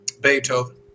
Beethoven